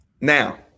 Now